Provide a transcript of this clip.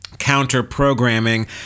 counter-programming